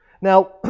Now